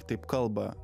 taip kalba